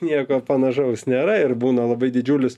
nieko panašaus nėra ir būna labai didžiulis